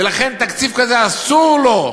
ולכן, תקציב כזה, אסור לו,